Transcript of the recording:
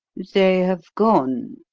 they have gone.